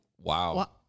Wow